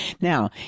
Now